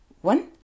One